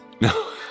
No